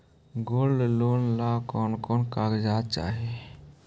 Gold loan ला कौन कौन कागजात चाही?